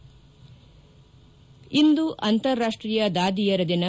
head ಇಂದು ಅಂತಾರಾಷ್ಟೀಯ ದಾದಿಯರ ದಿನ